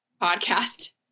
podcast